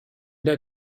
der